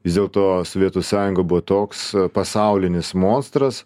vis dėlto sovietų sąjunga buvo toks pasaulinis monstras